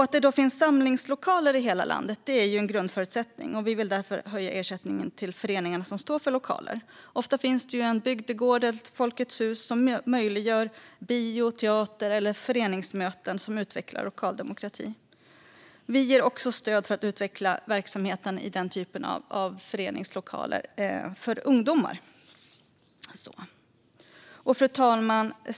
Att det finns samlingslokaler i hela landet är en grundförutsättning. Vi vill därför höja ersättningen till föreningar som står för lokaler. Ofta finns det en bygdegård eller ett Folkets Hus som möjliggör för bio, teater eller föreningsmöten som utvecklar lokal demokrati. Vi ger också stöd för att utveckla verksamhet av den typen för ungdomar i föreningars lokaler. Fru talman!